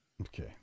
Okay